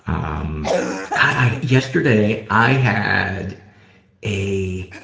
um god i yesterday, i had a,